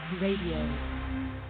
radio